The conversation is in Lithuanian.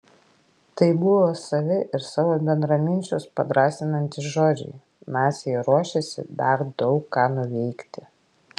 tai buvo save ir savo bendraminčius padrąsinantys žodžiai naciai ruošėsi dar daug ką nuveikti